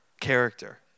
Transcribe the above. character